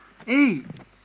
eh